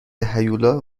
هیولا